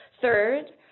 Third